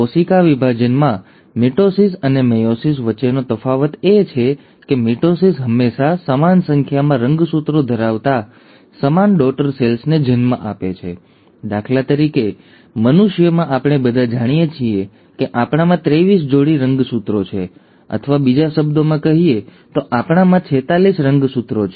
કોશિકા વિભાજનમાં મિટોસિસ અને મેયોસિસ વચ્ચેનો તફાવત એ છે કે મિટોસિસ હંમેશા સમાન સંખ્યામાં રંગસૂત્રો ધરાવતા સમાન ડૉટર સેલ્સને જન્મ આપે છે દાખલા તરીકે મનુષ્યમાં આપણે બધા જાણીએ છીએ કે આપણામાં ત્રેવીસ જોડી રંગસૂત્રો છે અથવા બીજા શબ્દોમાં કહીએ તો આપણામાં ૪૬ રંગસૂત્રો છે